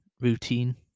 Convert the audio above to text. routine